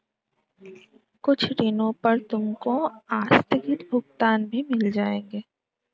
कुछ ऋणों पर तुमको आस्थगित भुगतान भी मिल जाएंगे